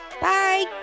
Bye